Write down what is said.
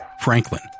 Franklin